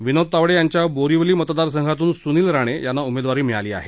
विनोद तावडे यांच्या बोरीवली मतदारसंघातून सुनील राणे यांना उमेदवारी दिली आहे